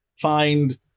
find